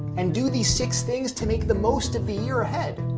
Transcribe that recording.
and do these six things to make the most of the year ahead.